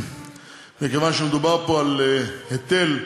מכיוון שמדובר פה על היטל,